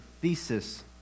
thesis